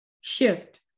shift